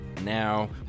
now